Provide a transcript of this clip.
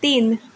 तीन